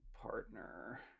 partner